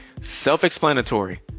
Self-explanatory